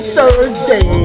Thursday